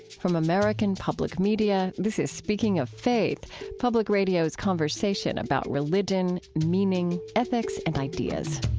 from american public media, this is speaking of faith public radio's conversation about religion, meaning, ethics, and ideas.